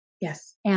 Yes